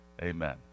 Amen